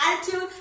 attitude